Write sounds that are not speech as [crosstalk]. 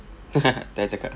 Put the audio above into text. [laughs] tengah cakap